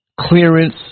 Clearance